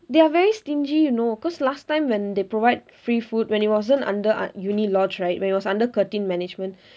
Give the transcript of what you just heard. they are very stingy you know cause last time when they provide free food when it wasn't under uni lodge right when it was under curtin management